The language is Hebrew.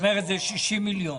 את אומרת שזה 60 מיליון.